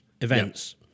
events